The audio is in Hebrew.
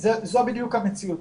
זאת בדיוק המציאות.